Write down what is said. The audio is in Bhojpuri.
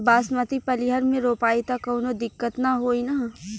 बासमती पलिहर में रोपाई त कवनो दिक्कत ना होई न?